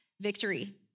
victory